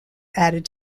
added